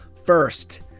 First